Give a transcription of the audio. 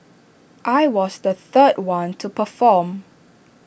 I was the third one to perform